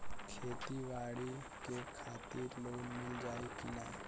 खेती बाडी के खातिर लोन मिल जाई किना?